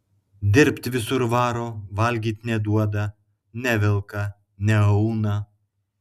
dirbt visur varo valgyt neduoda nevelka neauna